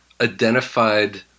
identified